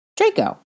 Draco